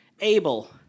able